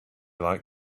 like